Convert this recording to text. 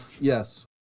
Yes